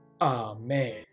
Amen